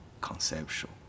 conceptual